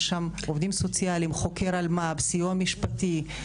יש שם עובדים סוציאליים, חוקר אלמ"ב, סיוע משפטי,